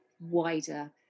wider